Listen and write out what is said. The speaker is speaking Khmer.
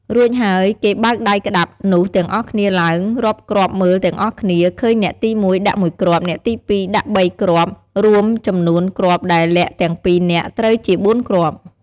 រួចហើយគេបើកដៃក្តាប់នោះទាំងអស់គ្នាឡើង រាប់គ្រាប់មើលទាំងអស់គ្នា ឃើញអ្នកទី ១ ដាក់ ១ គ្រាប់ អ្នកទី ២ ដាក់ ៣ គ្រាប់ រួមចំនួនគ្រាប់ដែលលាក់ទាំង ២ នាក់ ត្រូវជា ៤ គ្រាប់។